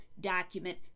document